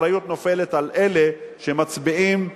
האחריות נופלת על אלה שמצביעים נגד.